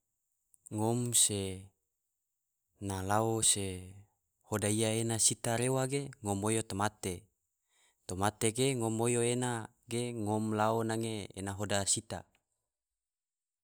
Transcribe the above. Ngom se na lao se hoda iya ena sita rewa ge ngom oyo tamate, tamate ge ngom oyo ena ge ngom lao nange ena hoda sita.